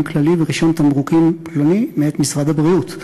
כללי ורישיון תמרוקים פלוני מאת משרד הבריאות.